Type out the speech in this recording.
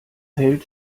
hält